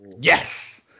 yes